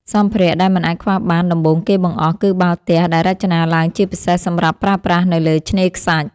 សម្ភារៈដែលមិនអាចខ្វះបានដំបូងគេបង្អស់ គឺបាល់ទះដែលរចនាឡើងជាពិសេសសម្រាប់ប្រើប្រាស់នៅលើឆ្នេរខ្សាច់។